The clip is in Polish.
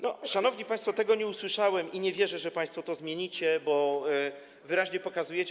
No, szanowni państwo, tego nie usłyszałem i nie wierzę, że państwo to zmienicie, bo wyraźnie to pokazujecie.